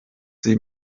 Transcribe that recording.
sie